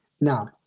Now